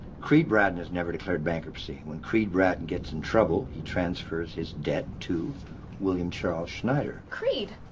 creed bratton has never declared bankruptcy. when creed bratton gets in trouble, he transfers his debt to william charles schneider. creed,